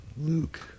Luke